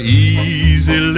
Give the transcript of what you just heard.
easy